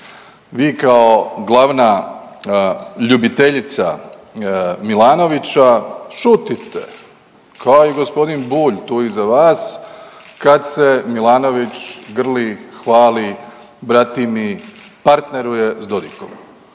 Vi kao glavna ljubiteljica Milanovića šutite, kao i gospodin Bulj tu iza vas kad se Milanović grli, hvali, bratimi, partneruje s Dodikom,